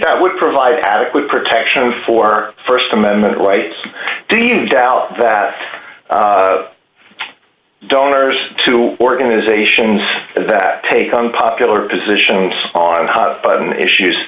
that would provide adequate protection for st amendment rights do you doubt that donors to organizations that take unpopular positions on hot button issues